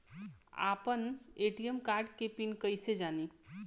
आपन ATM card के pin कईसे जानी?